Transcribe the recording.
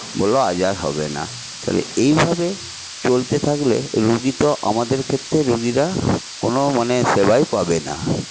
বলল আজ আর হবে না তাহলে এইভাবে চলতে থাকলে রুগি তো আমাদের ক্ষেত্রে রুগিরা কোনো মানে সেবাই পাবে না